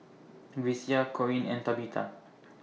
Grecia Coen and Tabitha